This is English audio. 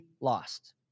lost